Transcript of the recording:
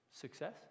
success